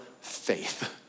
faith